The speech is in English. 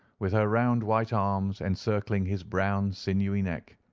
with her round white arms encircling his brown sinewy neck,